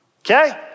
okay